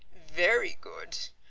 very good.